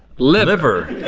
liver.